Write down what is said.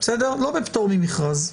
לא בפטור ממכרז.